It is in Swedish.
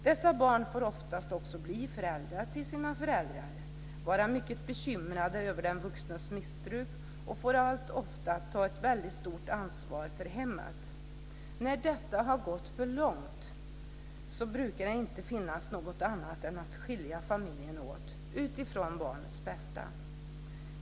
Dessa barn får oftast också bli föräldrar till sina föräldrar, vara mycket bekymrade över den vuxnes missbruk och får allt oftare ta ett väldigt stort ansvar för hemmet. När detta har gått för långt brukar det inte finnas något annat att göra än att skilja familjen åt utifrån barnets bästa.